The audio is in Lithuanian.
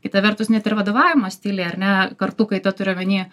kita vertus net ir vadovavimo stiliai ar ne kartų kaita turiu omeny